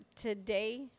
today